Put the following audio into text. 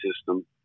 system